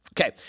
okay